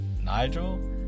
Nigel